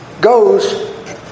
goes